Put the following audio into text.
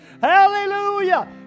Hallelujah